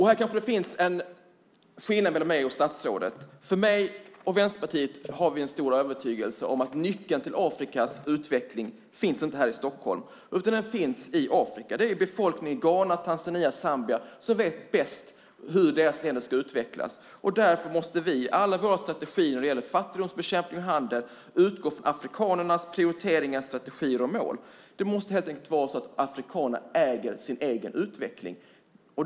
Här kanske det finns en skillnad mellan mig och statsrådet. Jag och Vänsterpartiet har en stor övertygelse om att nyckeln till Afrikas utveckling inte finns här i Stockholm, utan den finns i Afrika. Det är befolkningen i Ghana, Tanzania och Zambia som vet bäst hur deras länder ska utvecklas. Därför måste alla våra strategier när det gäller fattigdomsbekämpning och handel utgå från afrikanernas strategier, planering och mål. Det måste helt enkelt vara så att afrikanerna äger sin egen utveckling.